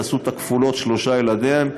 תעשו את הכפולות לשלושה ילדים,